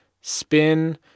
Spin